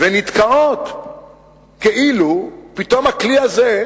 ונתקעות כאילו פתאום הכלי הזה,